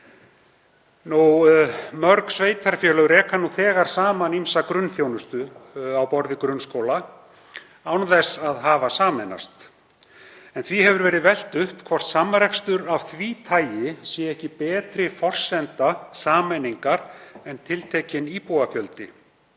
Mörg sveitarfélög reka nú þegar saman ýmsa grunnþjónustu á borð við grunnskóla án þess að hafa sameinast. Því hefur verið velt upp hvort samrekstur af því tagi sé ekki betri forsenda sameiningar en tiltekinn íbúafjöldi.